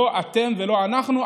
לא אתם ולא אנחנו,